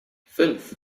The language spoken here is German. fünf